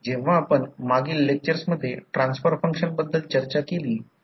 तर जर पुन्हा कंडक्टरला करंटच्या दिशेने गुंडाळले तर ते देखील या मार्गाने सापडेल